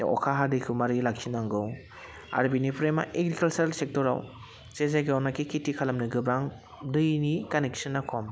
अखा हादैखौ माबोरै लाखिनांगौ आरो बिनिफ्राय मा एग्रिकालसार सेक्टराव जे जायगायावनाखि खेटि खालामनो गोबां दैनि कानेक्टशना खम